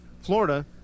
Florida